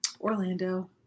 Orlando